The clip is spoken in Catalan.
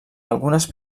algunes